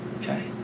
okay